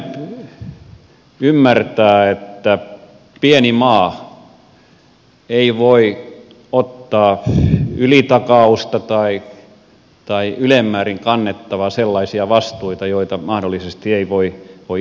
jokainen ymmärtää että pieni maa ei voi ottaa ylitakausta tai ylen määrin kannettavaksi sellaisia vastuita joita mahdollisesti ei voi itse kantaa